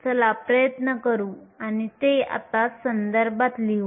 चला प्रयत्न करू आणि ते आता संदर्भात लिहू